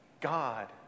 God